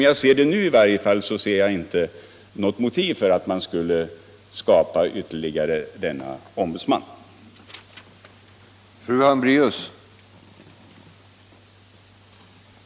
Jag ser alltså i varje fall inte nu något motiv för att inrätta ett sådant ombudsmannaämbete.